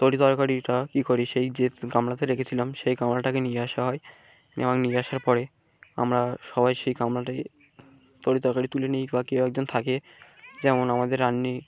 তরি তরকারিটা কী করি সেই যে গামলাতে রেখেছিলাম সেই গামলাটাকে নিয়ে আসা হয় আমা নিয়ে আসার পরে আমরা সবাই সেই গামলাটাকে তরি তরকারি তুলে নিই বা কেউ একজন থাকে যেমন আমাদের রাঁধুনি